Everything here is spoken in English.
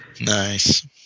Nice